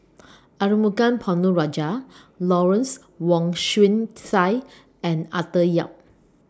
Arumugam Ponnu Rajah Lawrence Wong Shyun Tsai and Arthur Yap